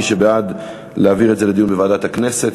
מי שבעד להעביר את זה לדיון בוועדת הכנסת,